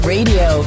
Radio